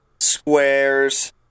Squares